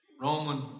Roman